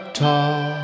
tall